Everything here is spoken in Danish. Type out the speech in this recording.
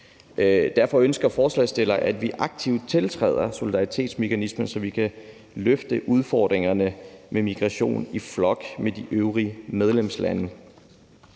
Derfor ønsker forslagsstillerne, at vi aktivt tiltræder solidaritetsmekanismen, så vi kan løfte udfordringerne med migration i flok med de øvrige medlemslande.